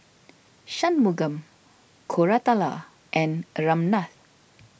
Shunmugam Koratala and Ramnath